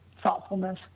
thoughtfulness